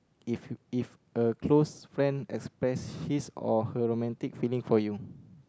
if you if a close friend express his or her romantic feeling for you